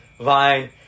Vine